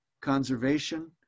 conservation